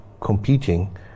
competing